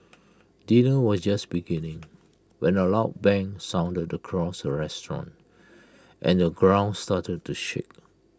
dinner was just beginning when A loud bang sounded across the restaurant and the ground started to shake